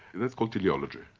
that's called teleology.